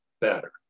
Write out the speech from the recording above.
better